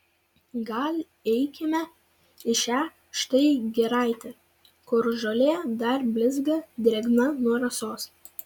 gal eikime į šią štai giraitę kur žolė dar blizga drėgna nuo rasos